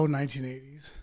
1980s